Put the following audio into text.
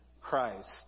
Christ